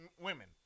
women